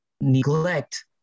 neglect